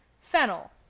fennel